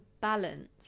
balance